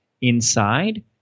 inside